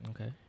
Okay